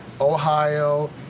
Ohio